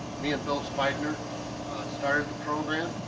me and bill spigner started the program.